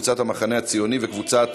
קבוצת המחנה הציוני וקבוצת